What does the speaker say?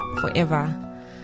forever